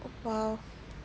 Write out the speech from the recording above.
!wow!